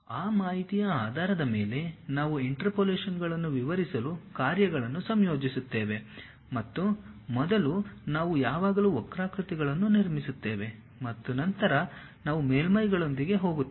ಆ ಮಾಹಿತಿಯ ಆಧಾರದ ಮೇಲೆ ನಾವು ಇಂಟರ್ಪೋಲೇಶನ್ಗಳನ್ನು ವಿವರಿಸಲು ಕಾರ್ಯಗಳನ್ನು ಸಂಯೋಜಿಸುತ್ತೇವೆ ಮತ್ತು ಮೊದಲು ನಾವು ಯಾವಾಗಲೂ ವಕ್ರಾಕೃತಿಗಳನ್ನು ನಿರ್ಮಿಸುತ್ತೇವೆ ಮತ್ತು ನಂತರ ನಾವು ಮೇಲ್ಮೈಗಳೊಂದಿಗೆ ಹೋಗುತ್ತೇವೆ